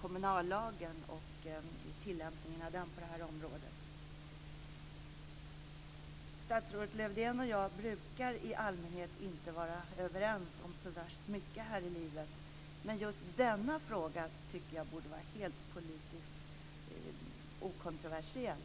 kommunallagen och i tillämpningen av den på det här området. Statsrådet Lövdén och jag brukar i allmänhet inte vara överens om så värst mycket här i livet, men just denna fråga tycker jag borde vara helt politiskt okontroversiell.